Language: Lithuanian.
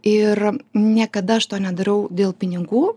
ir niekada aš to nedarau dėl pinigų